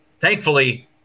Thankfully